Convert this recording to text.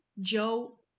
Joe